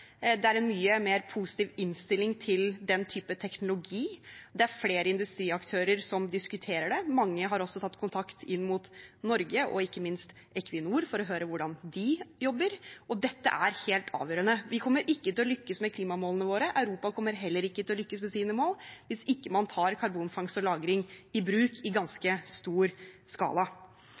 det er en mye mer positiv innstilling til den typen teknologi, det er flere industriaktører som diskuterer det – mange har også tatt kontakt inn mot Norge og ikke minst Equinor for å høre hvordan de jobber – og dette er helt avgjørende. Vi kommer ikke til å lykkes med klimamålene våre, og Europa kommer heller ikke til å lykkes med sine mål, hvis man ikke tar karbonfangst og -lagring i bruk i ganske stor skala.